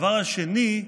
והדבר השני,